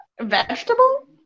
Vegetable